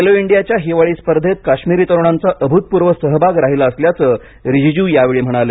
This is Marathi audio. खेलो इंडियाच्या हिवाळी स्पर्धेत काश्मिरी तरुणांचा अभूतपूर्व सहभाग राहिला असल्याचं रीजीजू यावेळी म्हणाले